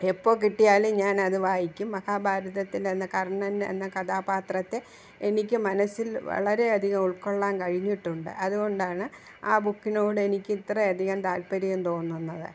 എപ്പോള് കിട്ടിയാലും ഞാനത് വായിക്കും മഹാഭാരതത്തിലെ കർണ്ണൻ എന്ന കഥാപാത്രത്തെ എനിക്ക് മനസ്സിൽ വളരെ അധികം ഉൾക്കൊള്ളാൻ കഴിഞ്ഞിട്ടുണ്ട് അതുകൊണ്ടാണ് ആ ബുക്കിനോടെനിക്കിത്രയധികം താൽപ്പര്യം തോന്നുന്നത്